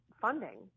funding